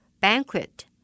Banquet